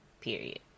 Period